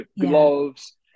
gloves